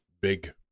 big